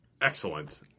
excellent